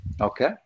Okay